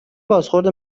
بازخورد